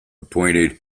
appointed